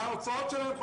וההוצאות שלהם,